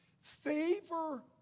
Favor